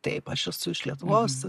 taip aš esu iš lietuvos